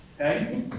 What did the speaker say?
okay